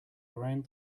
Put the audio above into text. around